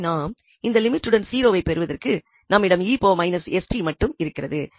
எனவே நாம் இந்த லிமிட்டுடன் 0வை பெறுவதற்கு நம்மிடம் 𝑒−𝑠𝑡 மட்டும் இருக்கிறது